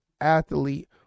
athlete